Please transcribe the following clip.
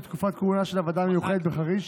כבוד היושב-ראש,